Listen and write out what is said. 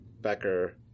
becker